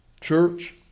church